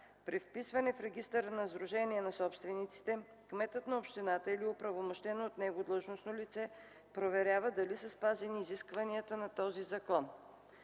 При вписване в регистъра на сдружение на собствениците кметът на общината или оправомощено от него длъжностно лице проверява дали са спазени изискванията на този закон.”